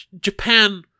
Japan